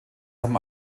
haben